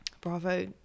bravo